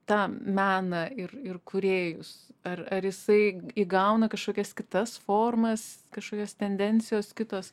tą meną ir ir kūrėjus ar ar jisai įgauna kažkokias kitas formas kažkokios tendencijos kitos